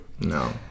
No